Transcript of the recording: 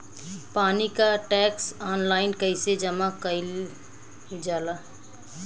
पानी क tax online कईसे जमा कईल जाला?